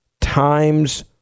times